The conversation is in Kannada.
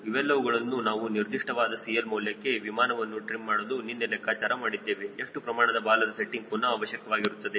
ಇವೆಲ್ಲವುಗಳನ್ನು ನಾವು ನಿರ್ದಿಷ್ಟವಾದ CL ಮೌಲ್ಯಕ್ಕೆ ವಿಮಾನವನ್ನು ಟ್ರಿಮ್ ಮಾಡಲು ನಿನ್ನೆ ಲೆಕ್ಕಾಚಾರ ಮಾಡಿದ್ದೇವೆ ಎಷ್ಟು ಪ್ರಮಾಣದ ಬಾಲದ ಸೆಟ್ಟಿಂಗ್ ಕೋನ ಅವಶ್ಯಕವಾಗಿರುತ್ತದೆ